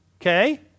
Okay